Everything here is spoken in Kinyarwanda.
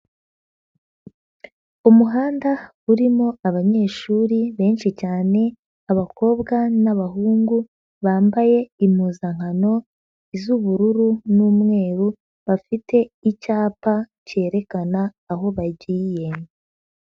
Umuhanda urimo abanyeshuri benshi cyane abakobwa n'abahungu bambaye impuzankano z'ubururu n'umweru bafite icyapa cyerekana aho bagiye.